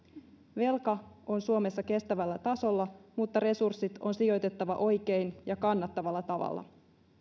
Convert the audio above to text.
velka on suomessa kestävällä tasolla mutta resurssit on sijoitettava oikein ja kannattavalla tavalla